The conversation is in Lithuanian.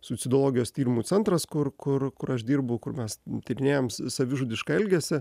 suicidologijos tyrimų centras kur kur kur aš dirbu kur mes tyrinėjam savižudišką elgesį